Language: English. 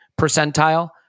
percentile